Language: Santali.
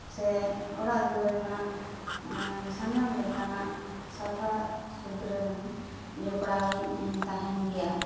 ᱥᱮ ᱚᱲᱟᱜ ᱫᱩᱣᱟᱹᱨ ᱨᱮᱱᱟᱜ ᱥᱟᱱᱟᱢ ᱞᱮᱠᱟᱱᱟᱜ ᱥᱟᱯᱷᱟ ᱥᱩᱫᱽᱨᱟᱹ ᱨᱮᱦᱚᱸᱧ ᱡᱚᱯᱲᱟᱣ ᱤᱧ ᱛᱟᱸᱦᱮᱱ ᱜᱮᱭᱟ